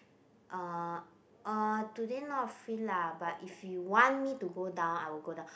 uh uh today not free lah but if you want me to go down I will go down